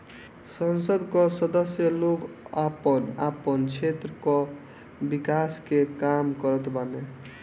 संसद कअ सदस्य लोग आपन आपन क्षेत्र कअ विकास के काम करत बाने